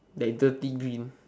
like dirty green